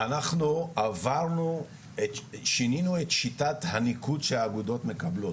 אנחנו שינינו את שיטת הניקוד שהאגודות מקבלות,